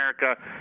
America